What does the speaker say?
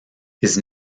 his